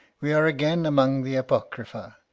we are again among the apocrypha.